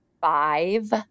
five